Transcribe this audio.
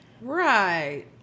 Right